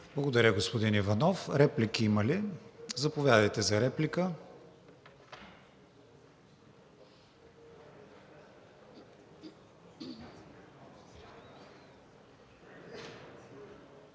Благодаря, господин Иванов. Реплики има ли? Заповядайте за реплика.